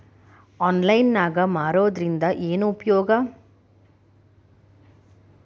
Online ನಾಗ್ ಮಾರೋದ್ರಿಂದ ಏನು ಉಪಯೋಗ?